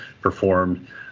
performed